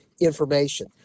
information